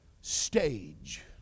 stage